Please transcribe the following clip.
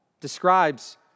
describes